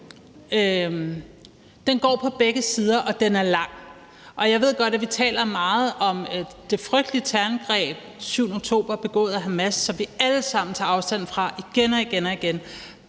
er på begge sider og den er lang. Jeg ved godt, at vi taler meget om det frygtelige terrorangreb den 7. oktober 2023 begået af Hamas, som vi alle sammen tager afstand fra igen og igen. Men